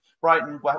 Brighton